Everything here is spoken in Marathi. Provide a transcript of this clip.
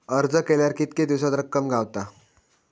अर्ज केल्यार कीतके दिवसात रक्कम गावता?